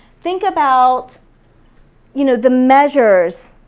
think about you know the measures,